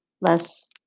less